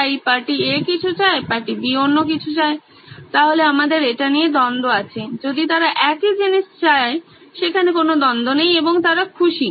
তাই party A কিছু চায় পার্টি B অন্য কিছু চায় তাহলে আমাদের এটা নিয়ে দ্বন্দ্ব আছে যদি তারা একই জিনিস চায় সেখানে কোনো দ্বন্দ্ব নেই এবং তারা খুশি